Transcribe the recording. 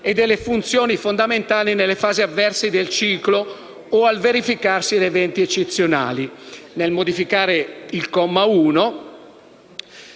e delle funzioni fondamentali nelle fasi avverse del ciclo o al verificarsi di eventi eccezionali).